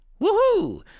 Woohoo